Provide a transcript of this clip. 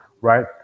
right